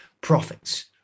profits